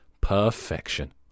perfection